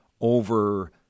over